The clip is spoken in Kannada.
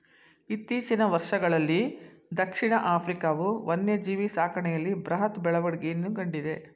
ಇತ್ತೀಚಿನ ವರ್ಷಗಳಲ್ಲೀ ದಕ್ಷಿಣ ಆಫ್ರಿಕಾವು ವನ್ಯಜೀವಿ ಸಾಕಣೆಯಲ್ಲಿ ಬೃಹತ್ ಬೆಳವಣಿಗೆಯನ್ನು ಕಂಡಿದೆ